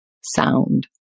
sound